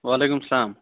وعلیکُم سلام